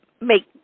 make